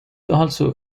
also